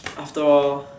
after all